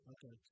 Okay